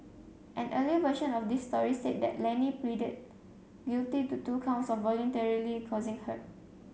an earlier version of this story said that Lenny pleaded guilty to two counts of voluntarily causing hurt